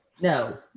No